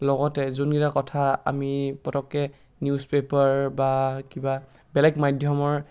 লগতে যোনকেইটা কথা আমি পতককৈ নিউজ পেপাৰ বা কিবা বেলেগ মাধ্যমৰ